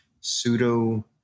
pseudo